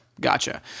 gotcha